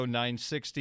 960